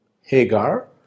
Hagar